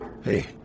Hey